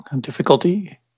Difficulty